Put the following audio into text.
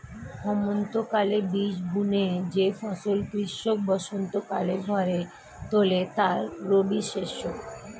হেমন্তকালে বীজ বুনে যে ফসল কৃষক বসন্তকালে ঘরে তোলে তাই রবিশস্য